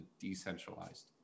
decentralized